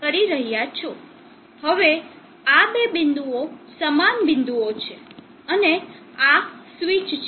હવે આ બે બિંદુઓ સમાન બિંદુઓ છે અને આ સ્વિચ છે